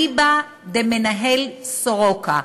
הדחופים, אליבא דמנהל סורוקה,